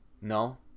no